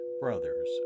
brothers